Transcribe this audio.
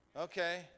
Okay